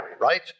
right